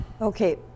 Okay